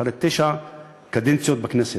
אחרי תשע קדנציות בכנסת,